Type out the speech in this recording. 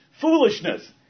foolishness